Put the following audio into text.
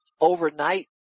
overnight